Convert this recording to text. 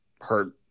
hurt